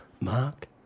Mark